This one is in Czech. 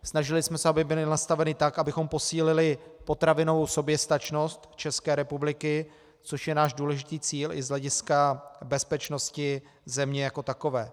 Snažili jsme se, aby byly nastaveny tak, abychom posílili potravinovou soběstačnost České republiky, což je náš důležitý cíl i z hlediska bezpečnosti země jako takové.